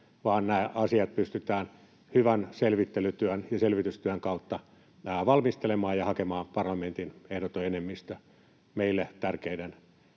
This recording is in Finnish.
vaan nämä asiat pystytään hyvän selvittelytyön ja selvitystyön kautta valmistelemaan ja hakemaan parlamentin ehdoton enemmistö meille tärkeiden